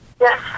Yes